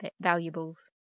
valuables